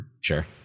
Sure